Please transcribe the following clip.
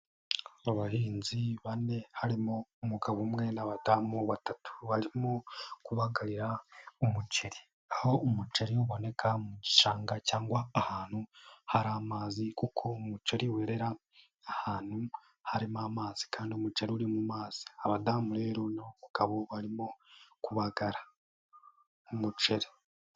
Mu bahinzi bane harimo umugabo umwe n'abadamu batatu barimo kubagabira umuceri, aho umuceri uboneka mu gishanga cyangwa ahantu hari amazi kuko umuceri werera ahantu harimo amazi kandi umuceri uri mu mazi, aba badamu rero n'abagabo barimo kubagara mu muceri.